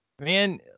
man